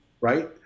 right